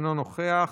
אינו נוכח,